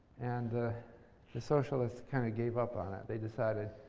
and the socialists kind of gave up on it. they decided,